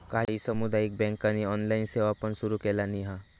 काही सामुदायिक बँकांनी ऑनलाइन सेवा पण सुरू केलानी हा